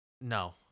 No